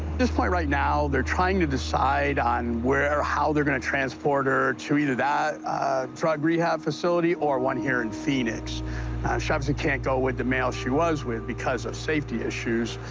this point right now, they're trying to decide on where how they're going to transport her to either that drug rehab facility, or one here in phoenix. she obviously can't go with the male she was with, because of safety issues.